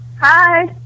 Hi